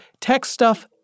techstuff